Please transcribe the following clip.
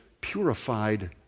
purified